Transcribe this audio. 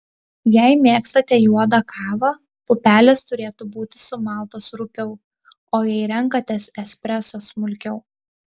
jei mėgstate juodą kavą pupelės turėtų būti sumaltos rupiau o jei renkatės espreso smulkiau